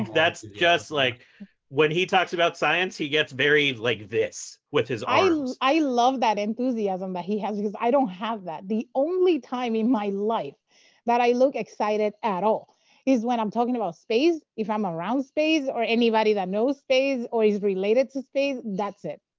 that's just like when he talks about science, he gets very like this with his arms. i love that enthusiasm that but he has, because i don't have that. the only time in my life that i look excited at all is when i'm talking about space, if i'm around space or anybody that knows space or is related to space. that's it.